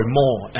more